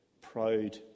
proud